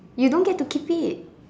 you don't get to keep it